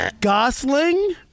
Gosling